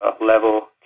level